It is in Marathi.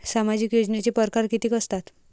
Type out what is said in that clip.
सामाजिक योजनेचे परकार कितीक असतात?